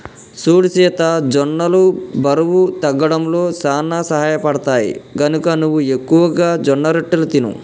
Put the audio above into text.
సూడు సీత జొన్నలు బరువు తగ్గడంలో సానా సహయపడుతాయి, గనక నువ్వు ఎక్కువగా జొన్నరొట్టెలు తిను